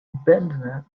bandanna